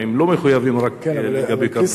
הם לא מחויבים רק לגבי כרמיאל?